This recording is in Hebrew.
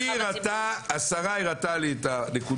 היא הראתה, השרה הראתה לי את הנקודות.